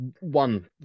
one